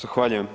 Zahvaljujem.